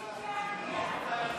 הצעת סיעות ישראל ביתנו,